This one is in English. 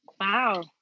Wow